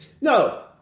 No